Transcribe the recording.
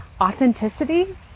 authenticity